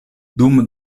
dum